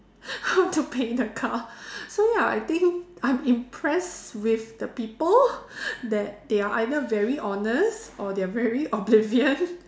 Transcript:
how to pay the car so ya I think I'm impressed with the people that they are either very honest or they are very oblivion